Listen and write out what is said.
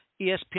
ESPN